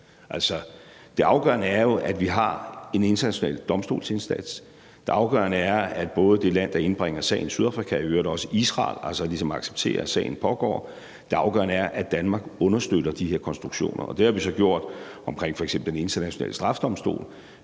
Det afgørende er jo, at vi har en international domstolsinstans, det afgørende er, at både det land, der indbringer sagen, Sydafrika, og i øvrigt også Israel accepterer, at sagen pågår, og det afgørende er, at Danmark understøtter de her konstruktioner. Det har vi så gjort omkring f.eks. Den Internationale Straffedomstol